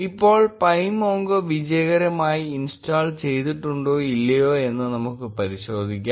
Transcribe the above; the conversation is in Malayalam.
ഇപ്പോൾ pymongo വിജയകരമായി ഇൻസ്റ്റാൾ ചെയ്തിട്ടുണ്ടോ ഇല്ലയോ എന്ന് നമുക്ക് പരിശോധിക്കാം